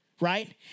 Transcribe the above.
right